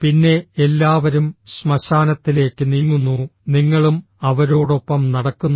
പിന്നെ എല്ലാവരും ശ്മശാനത്തിലേക്ക് നീങ്ങുന്നു നിങ്ങളും അവരോടൊപ്പം നടക്കുന്നു